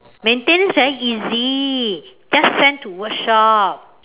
maintain very easy just send to workshop